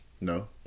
No